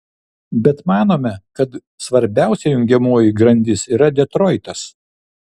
bet manome kad svarbiausia jungiamoji grandis yra detroitas